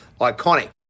iconic